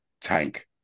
Tank